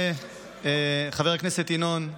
חבר הכנסת ינון,